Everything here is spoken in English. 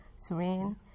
serene